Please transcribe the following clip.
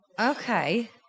okay